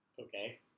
Okay